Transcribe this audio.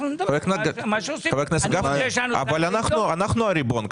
אנחנו הריבון כאן.